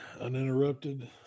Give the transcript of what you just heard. Uninterrupted